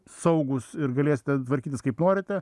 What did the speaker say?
saugūs ir galėsite tvarkytis kaip norite